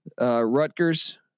Rutgers